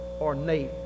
ornate